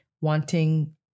wanting